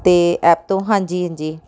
ਅਤੇ ਐਪ ਤੋਂ ਹਾਂਜੀ ਹਾਂਜੀ